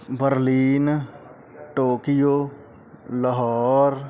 Berlin Tokyo Lahore